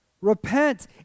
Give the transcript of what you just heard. repent